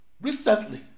Recently